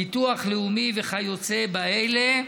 ביטוח לאומי וכיוצא באלה,